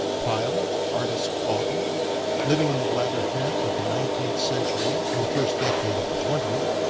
pyle, artist-author, living in the latter half of the nineteenth century and the first decade of the twentieth,